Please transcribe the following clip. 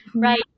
Right